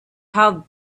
have